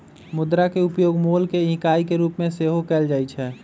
मुद्रा के उपयोग मोल के इकाई के रूप में सेहो कएल जाइ छै